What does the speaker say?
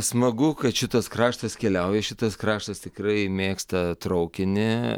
smagu kad šitas kraštas keliauja šitas kraštas tikrai mėgsta traukinį